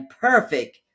perfect